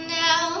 now